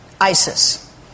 ISIS